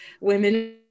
women